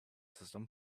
system